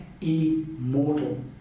immortal